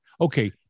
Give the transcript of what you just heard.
Okay